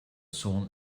sohn